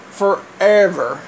forever